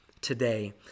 today